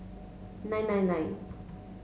nine nine nine